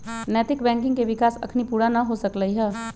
नैतिक बैंकिंग के विकास अखनी पुरा न हो सकलइ ह